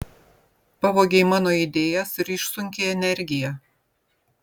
pavogei mano idėjas ir išsunkei energiją